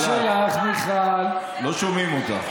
גם זאת אלימות, סתימת פיות.